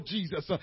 Jesus